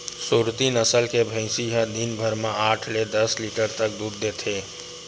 सुरती नसल के भइसी ह दिन भर म आठ ले दस लीटर तक दूद देथे